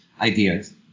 ideas